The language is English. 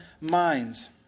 minds